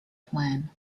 plan